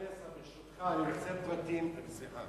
אני אחזור אליך עם תשובה.